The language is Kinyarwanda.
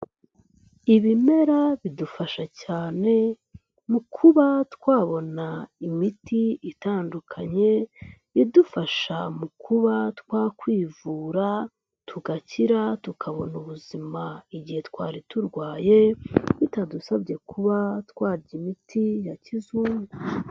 Ibimera bidufasha cyane mu kuba twabona imiti itandukanye idufasha mu kuba twakwivura tugakira, tukabona ubuzima igihe twari turwaye bitadusabye kuba twarya imiti ya kizungu.